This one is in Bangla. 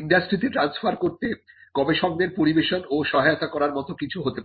ইন্ডাস্ট্রিতে ট্রানস্ফার করতে গবেষকদের পরিবেশন ও সহায়তা করার মত কিছু হতে পারে